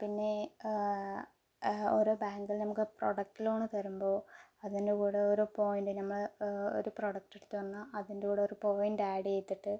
പിന്നെ ഓരോ ബാങ്കിൽ നമുക്ക് പ്രൊഡക്ട് ലോൺ തരുമ്പോൾ അതിൻ്റെ കൂടെ ഒരു പോയിൻറ് നമ്മൾ ഒരു പ്രൊഡക്ട് എടുത്ത് പറഞ്ഞാൽ അതിൻറ്റെകൂടെ ഒരു പോയിൻറ്റ് ഏഡ് ചെയ്തിട്ട്